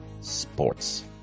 sports